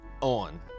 on